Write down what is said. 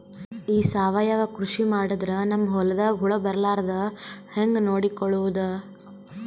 ಈ ಸಾವಯವ ಕೃಷಿ ಮಾಡದ್ರ ನಮ್ ಹೊಲ್ದಾಗ ಹುಳ ಬರಲಾರದ ಹಂಗ್ ನೋಡಿಕೊಳ್ಳುವುದ?